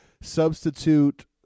substitute